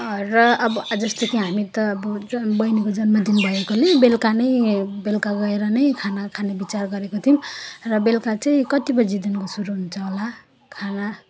र अब जस्तै कि हामी त अब बहिनीको जन्मदिन भएकोले बेलुका नै बेलुका गएर नै खाना खाने विचार गरेको थियौँ र बेलुका चाहिँ कति बजीदेखिको सुरु हुन्छ होला खाना